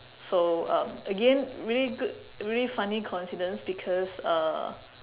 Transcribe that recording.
so um again really good really funny coincidence because uh